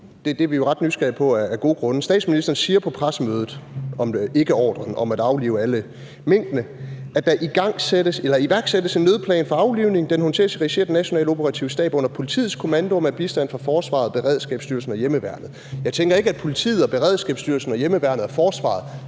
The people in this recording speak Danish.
Det er vi jo ret nysgerrige på af gode grunde. Statsministeren siger på pressemødet om ikkeordren om at aflive alle minkene, at der iværksættes en nødplan for aflivningen, og den håndteres i regi af Den Nationale Operative Stab under politiets kommando og med bistand fra forsvaret, Beredskabsstyrelsen og hjemmeværnet. Jeg tænker ikke, at politiet og Beredskabsstyrelsen og hjemmeværnet og forsvaret